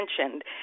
mentioned